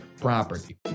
property